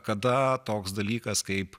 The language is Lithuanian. kada toks dalykas kaip